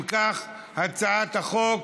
אם כך, הצעת חוק